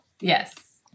Yes